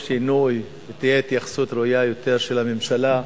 שינוי ותהיה התייחסות ראויה יותר של הממשלה,